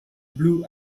blue